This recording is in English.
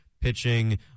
pitching